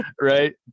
right